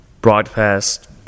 broadcast